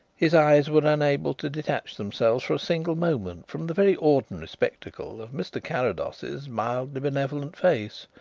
his eyes were unable to detach themselves for a single moment from the very ordinary spectacle of mr. carrados's mildly benevolent face,